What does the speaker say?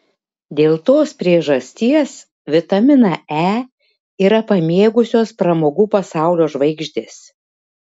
dėl tos priežastis vitaminą e yra pamėgusios pramogų pasaulio žvaigždės